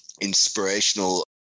inspirational